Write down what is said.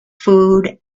food